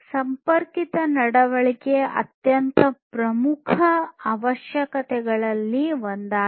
ಸಂಪರ್ಕಿತ ನಡವಳಿಕೆ ಅತ್ಯಂತ ಪ್ರಮುಖ ಅವಶ್ಯಕತೆಗಳಲ್ಲಿ ಒಂದಾಗಿದೆ